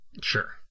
Sure